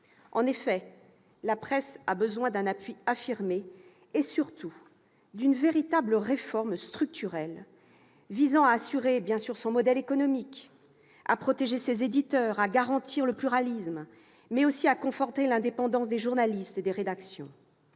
En effet, la presse a besoin d'un appui affirmé et, surtout, d'une véritable réforme structurelle visant à assurer son modèle économique, à protéger ses éditeurs, à garantir le pluralisme et à conforter l'indépendance des journalistes et des rédactions.